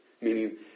Meaning